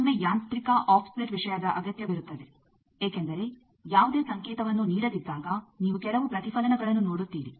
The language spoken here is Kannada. ಕೆಲವೊಮ್ಮೆ ಯಾಂತ್ರಿಕ ಆಫ್ ಸೆಟ್ ವಿಷಯದ ಅಗತ್ಯವಿರುತ್ತದೆ ಏಕೆಂದರೆ ಯಾವುದೇ ಸಂಕೇತವನ್ನು ನೀಡದಿದ್ದಾಗ ನೀವು ಕೆಲವು ಪ್ರತಿಫಲನಗಳನ್ನು ನೋಡುತ್ತೀರಿ